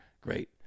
great